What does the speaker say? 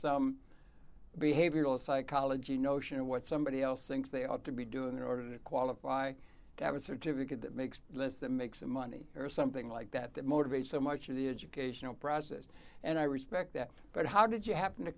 some behavioral psychology notion of what somebody else thinks they ought to be doing in order to qualify to have a certificate that makes lists that makes them money or something like that that motivates so much of the educational process and i respect that but how did you happen to